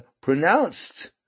pronounced